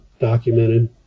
documented